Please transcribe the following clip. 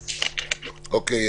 אוקיי.